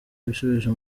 ibisubizo